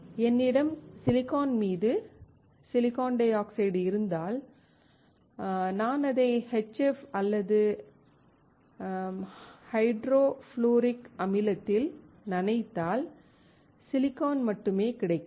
என்னிடம் சிலிக்கான் மீது silicon di oxide இருந்தால் நான் அதை BHF அல்லது பஃபர் ஹைட்ரோஃப்ளூரிக் அமிலத்தில் நனைத்தால் சிலிக்கான் மட்டுமே கிடைக்கும்